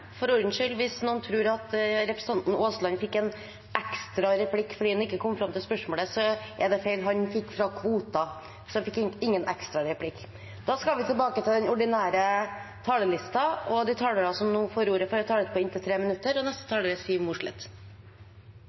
For ordens skyld: Hvis noen tror at representanten Aasland fikk en ekstra replikk fordi han ikke kom fram til spørsmålet, er det feil. Han fikk fra kvoten. De talere som heretter får ordet, har en taletid på inntil 3 minutter. I Jeløya-plattformen ble myrdyrkingsforbudet presentert som et vern av biologisk mangfold. Men for at Høyre, Fremskrittspartiet, Venstre og